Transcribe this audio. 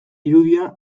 irudia